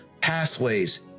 pathways